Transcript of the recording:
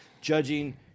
judging